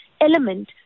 element